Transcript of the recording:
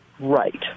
right